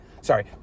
Sorry